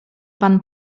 pan